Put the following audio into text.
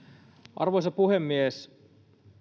arvoisa puhemies